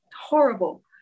Horrible